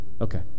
Okay